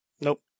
Nope